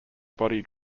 body